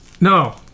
No